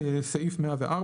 "104.